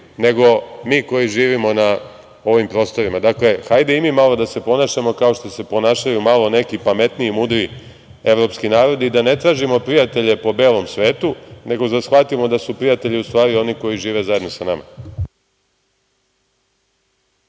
nego mi koji živimo na ovim prostorima. Dakle, hajde i mi malo da se ponašamo kao što se ponašaju malo neki pametniji, mudriji evropski narodi i da ne tražimo prijatelje po belom svetu, nego da shvatimo da su prijatelji u stvari oni koji žive zajedno sa nama.